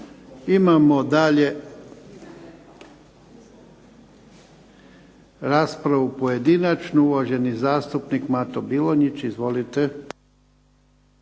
Imamo dalje raspravu pojedinačnu. Uvaženi zastupnik Mato Bilonjić. Izvolite.